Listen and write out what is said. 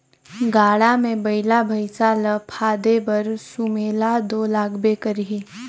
गाड़ा मे बइला भइसा ल फादे बर सुमेला दो लागबे करही